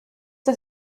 das